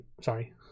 Sorry